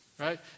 right